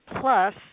Plus